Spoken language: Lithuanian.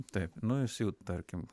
taip nu jis jau tarkim